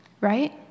Right